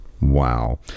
Wow